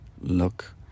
look